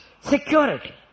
security